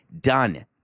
Done